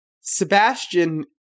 Sebastian